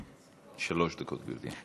שלוש דקות, גברתי.